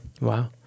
Wow